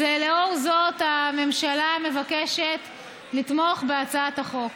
אז לאור זאת, הממשלה מבקשת לתמוך בהצעת החוק.